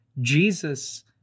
jesus